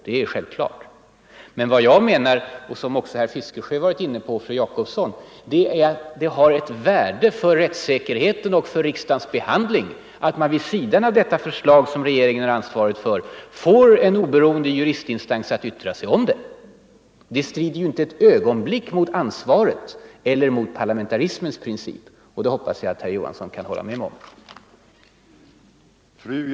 Men vad jag talar om — det har också herr Fiskejö och fru Jacobsson varit inne på — är att det har ett värde för rättssäkerheten och för riksdagens behandling att man vid sidan av det förslag, som regeringen har ansvaret för, får en oberoende juristinstans” yttrande om det. Det strider inte alls mot parlamentarismens princip eller mot det faktum att regeringen har ansvaret för sina propositioner — det hoppas jag att herr Johansson kan hålla med mig om.